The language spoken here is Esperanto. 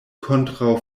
kontraŭ